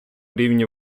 рівні